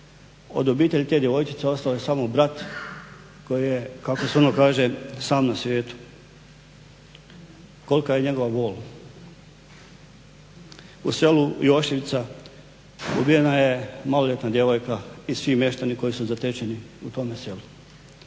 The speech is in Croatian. Od obitelji te djevojčice ostao je samo brat koji je, kao se ono kaže sam na svijetu, kolika je njegova bol. U selu Jošrica ubijena je maloljetna djevojka i svi mještani koji su zatečeni u tome selu.